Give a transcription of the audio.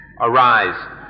arise